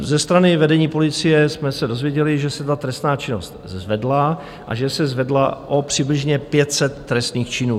Ze strany vedení policie jsme se dozvěděli, že se ta trestná činnost zvedla a že se zvedla přibližně o 500 trestných činů.